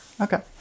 Okay